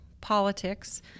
politics